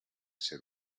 ser